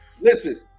Listen